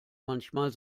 manchmal